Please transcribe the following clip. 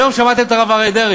היום שמעתי את הרב אריה דרעי.